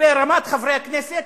לגבי רמת חברי הכנסת,